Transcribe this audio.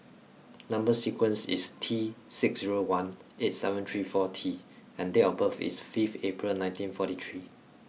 number sequence is T six zero one eight seven three four T and date of birth is five April nineteen forty three